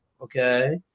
okay